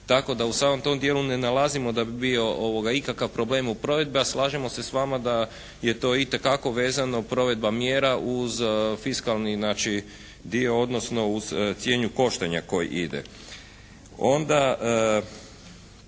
tako da u samom tom dijelu ne nalazimo da bi bio ikakav problem u provedbi a slažemo se s vama da je to itekako vezano provedba mjera uz fiskalni znači dio odnosno uz cijenu koštanja koji ide.